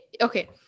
okay